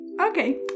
Okay